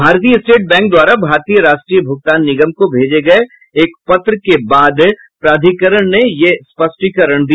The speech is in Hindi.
भारतीय स्टेट बैंक द्वारा भारतीय राष्ट्रीय भुगतान निगम को भेजे गये एक पत्र के बाद प्राधिकरण ने यह स्पष्टीकरण दिया